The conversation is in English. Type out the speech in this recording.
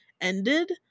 ended